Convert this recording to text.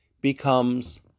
becomes